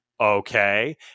okay